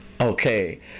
okay